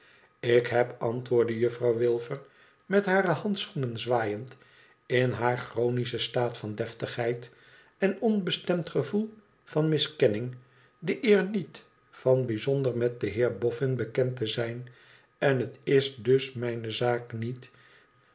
ik heb antwoordde juffrouw wilfer met hare handschoenen zwaaiend in haar chronischen staat van deftigheid en onbestemd gevoel van miskenning de eer niet van bijzonder met den heer boffin bekend te zijn en het is dus mijne zaak niet